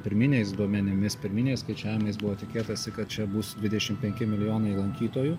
pirminiais duomenimis pirminiais skaičiavimais buvo tikėtasi kad čia bus dvidešim penki milijonai lankytojų